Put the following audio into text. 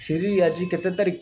Siri ଆଜି କେତେ ତାରିଖ